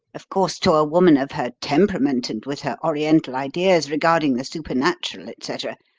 of course, to a woman of her temperament and with her oriental ideas regarding the supernatural, et cetera,